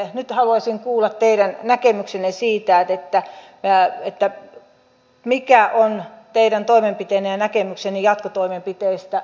nyt haluaisin kuulla teidän näkemyksenne siitä mikä on teidän toimenpiteenne ja näkemyksenne jatkotoimenpiteistä